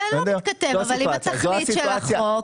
זה לא מתכתב עם התכתיב של החוק,